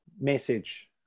message